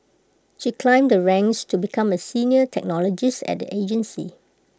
she climbed the ranks to become A senior technologist at the agency